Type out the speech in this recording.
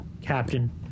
Captain